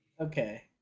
okay